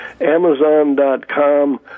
Amazon.com